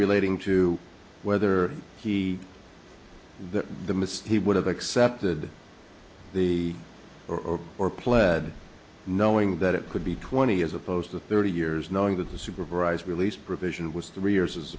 relating to whether he the mr he would have accepted the or or pled knowing that it could be twenty as opposed to thirty years knowing that the supervised release provision was three years as